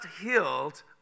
healed